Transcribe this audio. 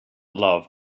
love